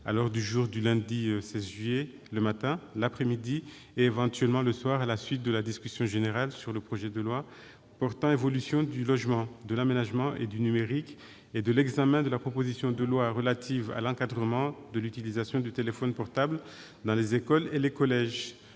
à l'ordre du jour du lundi 16 juillet le matin, l'après-midi et, éventuellement, le soir, à la suite de la discussion générale sur le projet de loi portant évolution du logement, de l'aménagement et du numérique, ainsi que de l'examen de la proposition de loi relative à l'encadrement de l'utilisation du téléphone portable dans les écoles et les collèges.